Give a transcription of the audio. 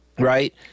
Right